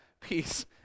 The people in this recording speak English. peace